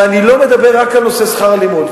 ואני לא מדבר רק על שכר הלימוד.